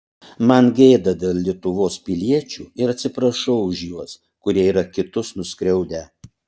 man gėda dėl lietuvos piliečių ir atsiprašau už juos kurie yra kitus nuskriaudę